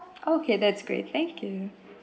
okay that's great thank you